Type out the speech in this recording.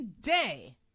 day